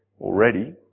already